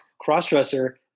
cross-dresser